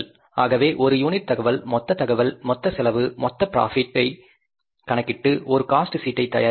ஆகவே ஒரு யூனிட் தகவல் மொத்த தகவல் மொத்த செலவு மொத்த இப்ராபிட்டை கணக்கிட்டு ஒரு காஸ்ட் சீட்டை தயாரிக்கிறோம்